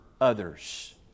others